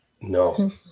No